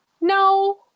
no